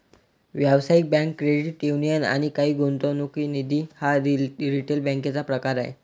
व्यावसायिक bank, credit union आणि काही गुंतवणूक निधी हा रिटेल बँकेचा प्रकार आहे